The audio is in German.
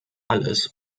alles